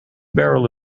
barrel